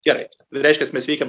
gerai reiškias mes veikiam